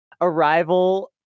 arrival